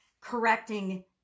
correcting